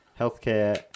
healthcare